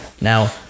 Now